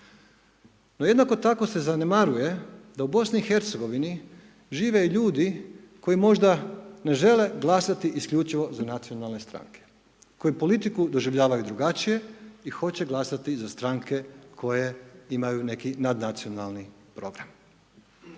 No jednako tako se zanemaruje da u BiH žive ljudi koji možda ne žele glasati isključivo za nacionalne stranke koji politiku doživljavaju drugačije i hoće glasati za stranke koje imaju neki nadnacionalni program.